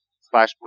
slash